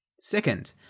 Second